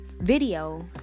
video